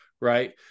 right